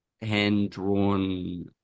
hand-drawn